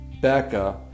Becca